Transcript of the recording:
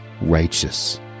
righteous